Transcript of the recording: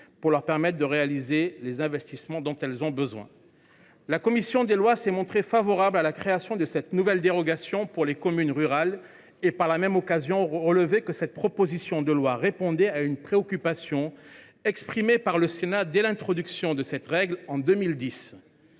pour leur permettre de réaliser les investissements dont elles ont besoin. La commission des lois s’est montrée favorable à la création de cette nouvelle dérogation pour les communes rurales, et a par la même occasion relevé que cette proposition de loi répondait à une préoccupation exprimée par le Sénat dès l’introduction de cette règle en 2010